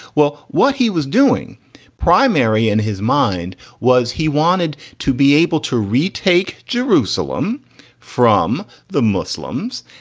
well, what he was doing primary in his mind was he wanted to be able to retake jerusalem from the muslims.